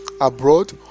abroad